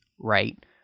right